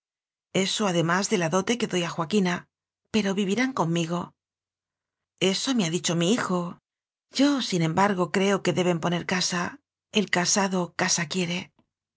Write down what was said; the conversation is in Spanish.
eso además de la dote que doy a joa quina pero vivirán conmigo eso me ha dicho mi hijo yo sin em bargo creo que deben poner casa el casado casa quiere